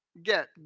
get